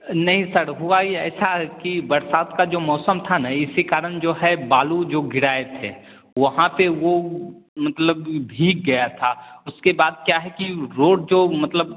नहीं सर हुआ ये था कि बरसात का जो मौसम था न इसी कारण जो है बालू जो गिराये थे वहाँ पे वो मतलब भीग गया था उसके बाद क्या है कि रोड जो मतलब